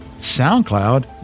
SoundCloud